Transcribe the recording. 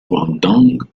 guangdong